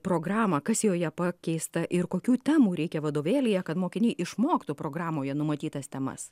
programą kas joje pakeista ir kokių temų reikia vadovėlyje kad mokiniai išmoktų programoje numatytas temas